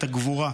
את הגבורה.